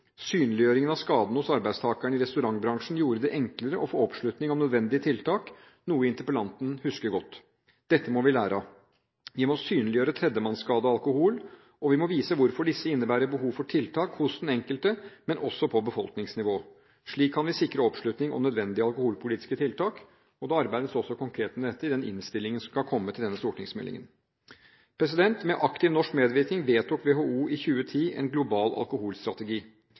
Synliggjøringen av skadene hos arbeidstakerne i restaurantbransjen gjorde det enklere å få oppslutning om nødvendige tiltak, noe interpellanten husker godt. Dette må vi lære av. Vi må synliggjøre tredjemannsskade av alkohol, og vi må vise hvorfor disse innebærer behov for tiltak hos den enkelte, men også på befolkningsnivå. Slik kan vi sikre oppslutning om nødvendige alkoholpolitiske tiltak, og det arbeides også konkret med dette i den innstillingen som skal komme til denne stortingsmeldingen. Med aktiv norsk medvirkning vedtok WHO i 2010 en global alkoholstrategi.